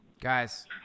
Guys